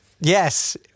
yes